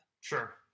Sure